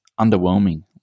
underwhelming